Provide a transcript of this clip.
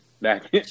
Back